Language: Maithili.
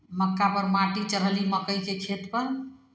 मक्कापर माटि चढ़यली मक्कइके खेतपर